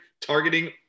targeting